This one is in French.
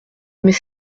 mais